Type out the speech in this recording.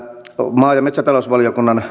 maa ja metsätalousvaliokunnan